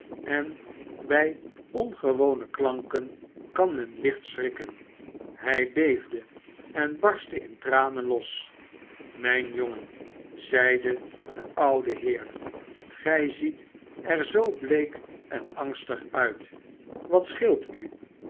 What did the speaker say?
en bij ongewone klanken kan men licht schrikken hij beefde en barstte in tranen los mijn jongen zeide de oude heer gij ziet er zoo bleek en angstig uit wat scheelt u